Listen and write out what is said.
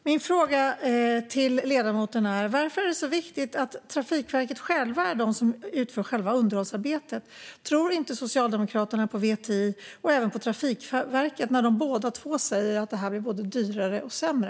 Min fråga till ledamoten är: Varför är det så viktigt att Trafikverket självt utför underhållsarbetet? Tror inte Socialdemokraterna på VTI och Trafikverket när de båda säger att detta blir både dyrare och sämre?